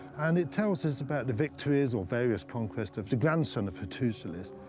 and it tells us about the victories or various conquests of the grandson of hattusili.